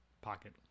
pocket